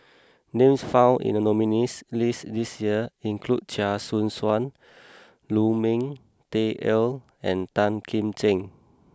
names found in the nominees' list this year include Chia Choo Suan Lu Ming Teh Earl and Tan Kim Ching